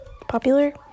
popular